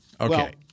Okay